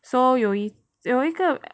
so 有有一个